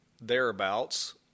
thereabouts